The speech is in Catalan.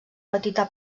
petita